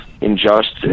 injustice